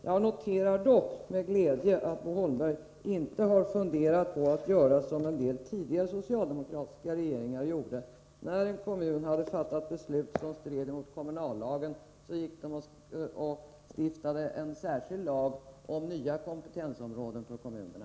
Jag noterar dock med glädje att Bo Holmberg inte har funderat på att göra som man gjort inom en del tidigare socialdemokratiska regeringar: när en kommun hade fattat beslut som stred mot kommunallagen stiftade man en särskild lag om nya kompetensområden för kommunerna.